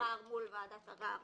מול ועדת ערר